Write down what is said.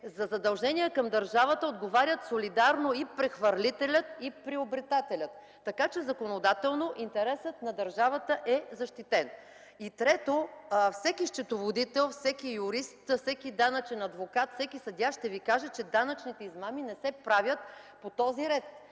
за задължение към държавата отговарят солидарно и прехвърлителят, и приобретателят. Следователно законодателно интересът на държавата е защитен. И трето, всеки счетоводител, юрист, данъчен адвокат, съдия ще Ви каже, че данъчните измами не се правят по този ред,